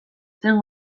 zen